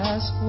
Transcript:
Ask